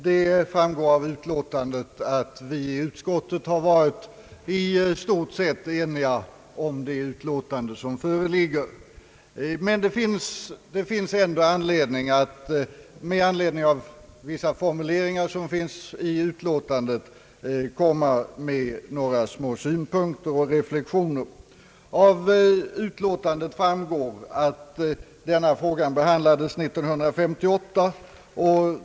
Herr talman! Det framgår av utlåtandet att vi i utskottet har varit i stort sett eniga. Med anledning av vissa formuleringar i utlåtandet ser jag mig dock föranlåten att komma med några kortfattade synpunkter och reflexioner. Av utlåtandet framgår att denna fråga behandlades år 1958.